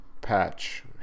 patch